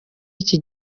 iki